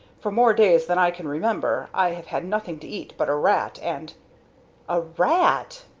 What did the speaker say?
for more days than i can remember, i have had nothing to eat but a rat, and a rat!